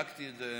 בדקתי את זה,